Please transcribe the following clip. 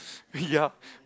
ya